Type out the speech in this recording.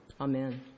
Amen